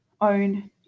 own